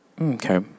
Okay